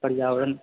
पर्यावरण